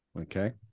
Okay